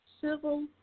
civil